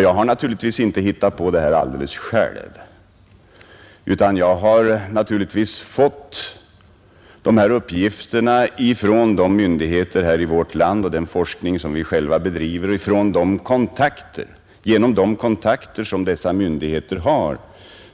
Jag har naturligtvis inte hittat på det alldeles själv utan jag har givetvis fått uppgifterna från berörda myndigheter och från den forskning som vi själva bedriver samt genom de kontakter som myndigheterna har